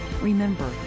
Remember